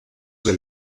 del